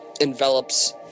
envelops